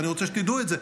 ואני רוצה שתדעו את זה.